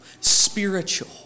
spiritual